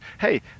hey